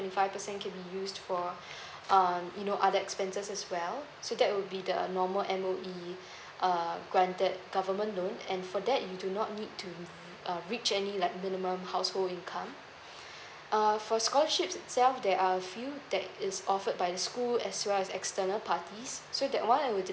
five percent can be used for uh you know other expenses as well so that will be the normal M_O_E um granted government loan and for that you do not need to re~ reach any like minimum household income ah for scholarships itself there are a few that is offered by the school as well as external parties so that one will